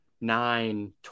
nine